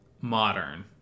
modern